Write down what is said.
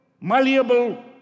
malleable